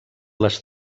les